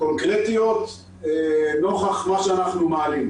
קונקרטיות נוכח מה שאנחנו מעלים.